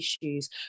issues